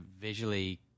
visually